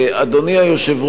אדוני היושב-ראש,